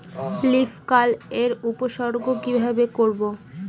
Leaf curl এর উপসর্গ কিভাবে করব?